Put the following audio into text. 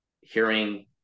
hearing